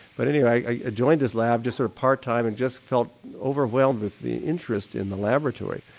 but anyway i joined his lab just sort of part time and just felt overwhelmed with the interest in the laboratory.